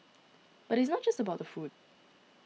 but it is not just about the food